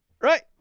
right